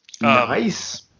Nice